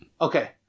Okay